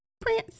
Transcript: Prince